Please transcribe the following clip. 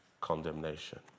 condemnation